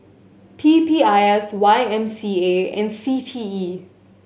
P P I S Y M C A and C T E